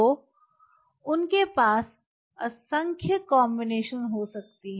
तो उनके पास असंख्य कॉम्बिनेशन हो सकती है